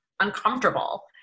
uncomfortable